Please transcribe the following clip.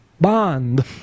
Bond